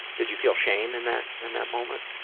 did you feel shame in that and that moment?